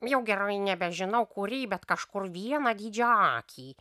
jau gerai nebežinau kurį bet kažkur vieną didžiaakį